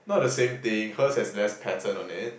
not the same thing her's has less pattern on it